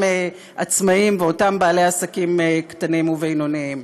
עצמאים ואותם בעלי עסקים קטנים ובינוניים.